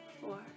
Four